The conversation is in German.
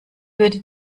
würde